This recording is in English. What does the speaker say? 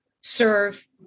serve